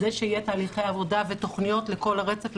כדי שיהיו תהליכי עבודה ותוכניות לכל הרצף,